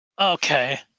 Okay